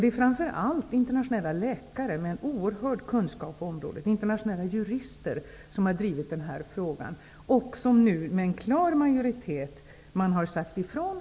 Det är framför allt internationella läkare med oerhörd kunskap på området och internationella jurister som drivit denna fråga och som nu med en klar majoritet har sagt ifrån.